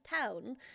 town